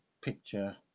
picture